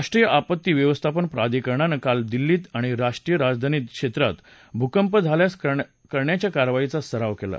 राष्ट्रीय आपत्ती व्यक्स्थापन प्राधिकरणानं काल दिल्लीत आणि राष्ट्रीय राजधानी क्षेत्रात भूकंप झाल्यास करण्याच्या कारवाईचा सराव केला